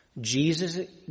Jesus